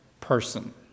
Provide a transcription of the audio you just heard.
person